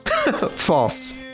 false